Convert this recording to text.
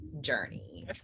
journey